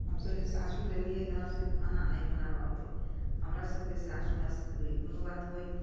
हमसब जे सासुर एलियै तहन हमरा सबके खाना नहि बनाबऽ आबै हमरा सबके साउस मैया सीखबै कोनो बात हुए